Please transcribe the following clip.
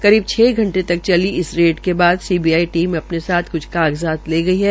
करीब छ घंटे तक चली इस रेड के बार सीबीआई टीम अपने साथ क्छ कागजात ले गई है